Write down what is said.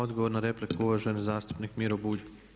Odgovor na repliku uvaženi zastupnik Miro Bulj.